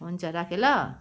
हुन्छ राखेँ ल